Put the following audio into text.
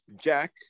Jack